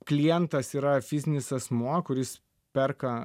klientas yra fizinis asmuo kuris perka